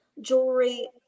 jewelry